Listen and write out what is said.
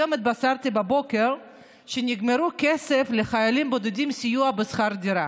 היום בבוקר התבשרתי שנגמר הכסף לסיוע בשכר דירה